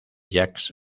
jacques